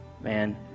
man